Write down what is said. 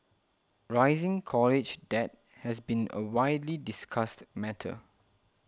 rising college debt has been a widely discussed matter